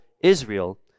Israel